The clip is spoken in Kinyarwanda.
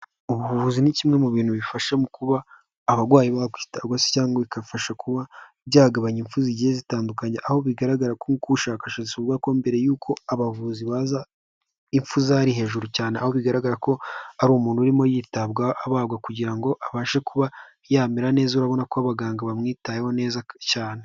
Ubuvuzi ni kimwe mu bintu bifasha mu kuba cyane aho bigaragara ko ari umuntu urimo yitabwa abagwa kugira ngo abashe kuba yamera neza urabona ko abaganga bamwitayeho neza cyane.